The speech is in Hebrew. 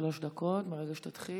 לך שלוש דקות מרגע שתתחיל.